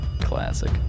Classic